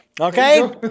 Okay